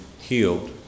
healed